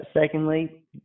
secondly